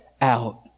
out